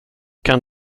kan